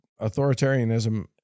authoritarianism